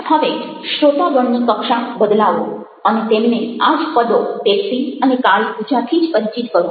હવે શ્રોતાગણની કક્ષા બદલાવો અને તેમને આ જ પદો પેપ્સી અને કાળીપૂજાથી જ પરિચિત કરો